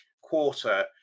quarter